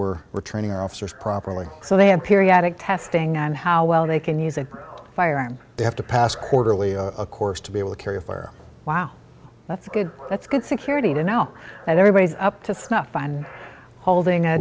we're returning our officers properly so they have periodic testing on how well they can use a firearm they have to pass quarterly a course to be able to carry wow that's good that's good security to know that everybody's up to snuff and holding a